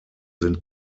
sind